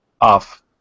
off